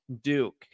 Duke